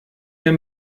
der